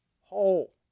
whole